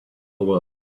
world